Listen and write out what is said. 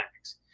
max